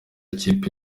ikipe